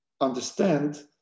understand